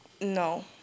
No